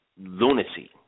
lunacy